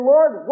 Lord